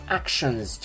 actions